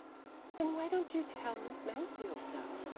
then why don't you tell miss mansfield so?